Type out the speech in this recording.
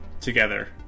together